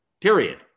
period